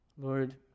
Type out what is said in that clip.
Lord